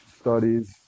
studies